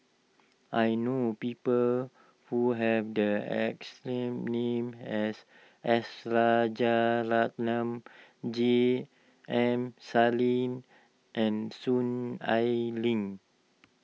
I know people who have the exact name as S Rajaratnam J M Sali and Soon Ai Ling